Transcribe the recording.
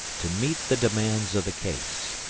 to meet the demands of the case,